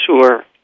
Sure